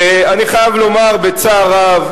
ואני חייב לומר בצער רב,